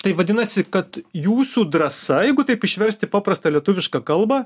taip vadinasi kad jūsų drąsa jeigu taip išverst į paprastą lietuvišką kalbą